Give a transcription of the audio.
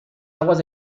aguas